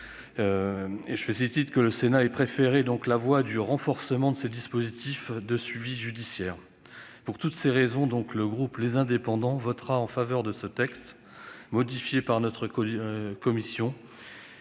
me félicite que le Sénat ait privilégié la voie du renforcement des dispositifs de suivi judiciaire. Pour toutes ces raisons, le groupe Les Indépendants votera en faveur de ce texte modifié par notre commission.